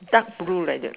dark blue like that